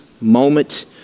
moment